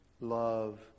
love